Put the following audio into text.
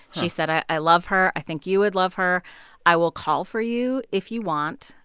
she said, i i love her i think you would love her i will call for you if you want.